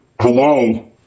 Hello